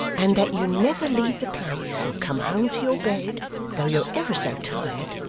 and that you never leave the place or come home to your bed though you're ever so tired,